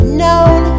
known